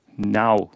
Now